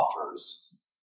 offers